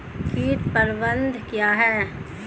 कीट प्रबंधन क्या है?